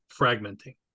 fragmenting